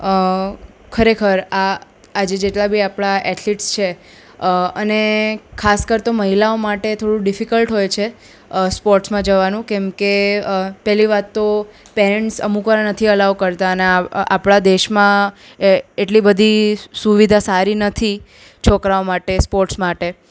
ખરેખર આ આજે જેટલા બી આપણા એથ્લિટ્સ છે અને ખાસ કર તો મહિલાઓ માટે થોડું ડીફિકલ્ટ હોય છે સ્પોર્ટ્સમાં જવાનું કેમકે પહેલી વાત તો પેરેન્ટ્સ અમુક વાર નથી અલાવ કરતા આપણા દેશમાં એટલી બધી સુવિધા સારી નથી છોકરાઓ માટે સ્પોર્ટ્સ માટે